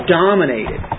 dominated